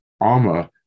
armor